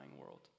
world